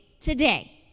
today